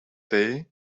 day